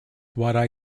wadi